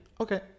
okay